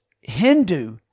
Hindu